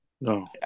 No